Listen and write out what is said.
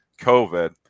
COVID